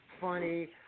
funny